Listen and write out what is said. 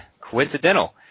coincidental